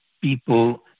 people